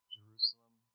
Jerusalem